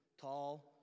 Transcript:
tall